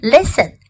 Listen